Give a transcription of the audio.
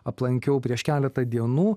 aplankiau prieš keletą dienų